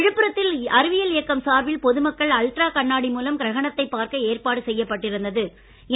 விழுப்புரத்தில் அறிவியல் இயக்கம் சார்பில் பொதுமக்கள் அல்ட்ரா கண்ணாடி மூலம் கிரகணத்தைப் பார்க்க ஏற்பாடு செய்யப்பட்டிருந்த்து